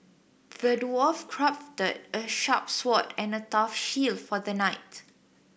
the dwarf crafted a sharp sword and a tough shield for the knight